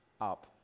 up